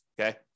Okay